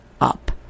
up